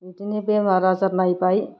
बिदिनो बेमार आजार नायबाय